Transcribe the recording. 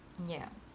ya